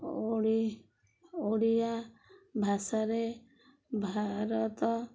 ଓଡ଼ି ଓଡ଼ିଆ ଭାଷାରେ ଭାରତ